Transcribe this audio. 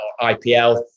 IPL